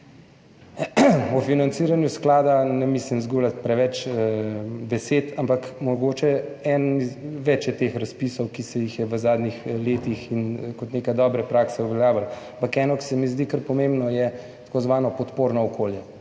O financiranju sklada ne mislim izgubljati preveč besed. Ampak mogoče eden več je teh razpisov, ki se jih je v zadnjih letih in kot neka dobra praksa uveljavila, ampak eno, ki se mi zdi kar pomembno je t. i. podporno okolje.